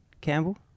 Campbell